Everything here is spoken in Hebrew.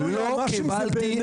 אני מסביר,